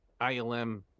ilm